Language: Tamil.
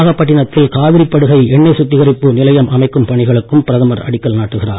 நாகப் பட்டிணத்தில் காவிரிப் படுகை எண்ணெய் சுத்திகரிப்பு நிலையம் அமைக்கும் பணிகளுக்கும் பிரதமர் அடிக்கல் நாட்டுகிறார்